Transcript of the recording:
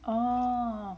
oh